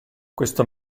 questo